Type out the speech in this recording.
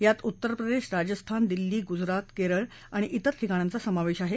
यात उत्तरप्रदेश राजस्थान दिल्ली गुजरात केरळ आणि श्तिर ठिकाणांचा समावेश आहे